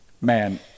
Man